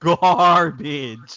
garbage